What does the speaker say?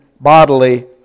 bodily